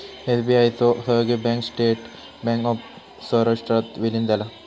SBI चो सहयोगी bank state bank of सौराष्ट्रात विलीन झाला